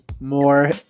more